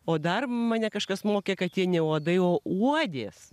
o dar mane kažkas mokė kad jie ne uodai o uodės